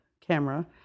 camera